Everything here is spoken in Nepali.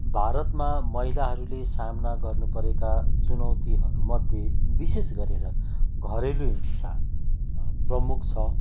भारतमा महिलाहरूले सामना गर्नुपरेका चुनौतीहरू मध्ये विशेष गरेर घरेलु हिंसा प्रमुख छ